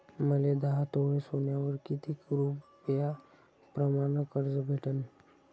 मले दहा तोळे सोन्यावर कितीक रुपया प्रमाण कर्ज भेटन?